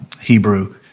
Hebrew